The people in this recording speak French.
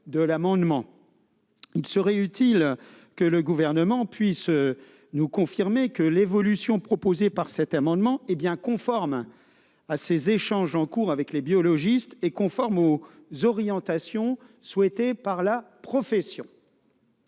Il serait utile que le Gouvernement puisse nous confirmer que l'évolution proposée est bien conforme à ses échanges en cours avec les biologistes et aux orientations souhaitées par la profession.